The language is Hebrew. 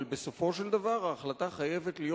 אבל בסופו של דבר ההחלטה חייבת להיות